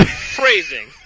Phrasing